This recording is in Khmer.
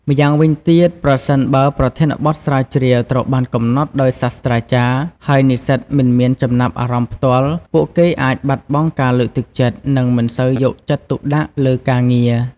ម្យ៉ាងវិញទៀត ប្រសិនបើប្រធានបទស្រាវជ្រាវត្រូវបានកំណត់ដោយសាស្ត្រាចារ្យ ហើយនិស្សិតមិនមានចំណាប់អារម្មណ៍ផ្ទាល់ ពួកគេអាចបាត់បង់ការលើកទឹកចិត្ត និងមិនសូវយកចិត្តទុកដាក់លើការងារ។